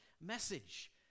message